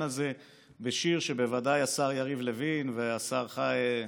הזה בשיר שבוודאי השר יריב לוין והשר חיים,